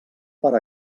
part